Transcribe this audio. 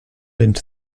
into